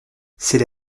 c’est